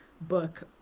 book